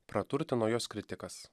praturtino jos kritikas